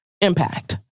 impact